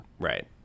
right